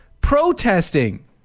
protesting